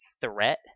threat